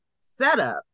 setup